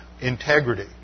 integrity